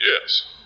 Yes